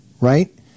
right